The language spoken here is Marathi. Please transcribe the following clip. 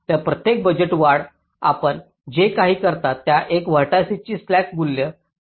तर प्रत्येक बजेट वाढ आपण जे काही करता त्या एका व्हर्टिसिस ची स्लॅक मूल्य कमी करते